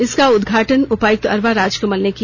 इसका उदघाटन उपायुक्त अरवा राजकमल ने किया